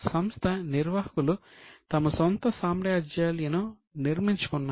సంస్థ నిర్వాహకులు తమ సొంత సామ్రాజ్యాలను నిర్మించుకున్నారు